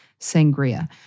sangria